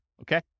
Okay